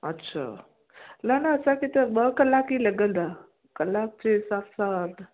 अछा न न असांखे त ॿ कलाकु ई लॻंदा कलाक जे हिसाब सां